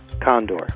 Condor